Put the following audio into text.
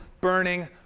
burning